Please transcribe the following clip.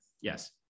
Yes